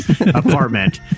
apartment